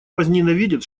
возненавидят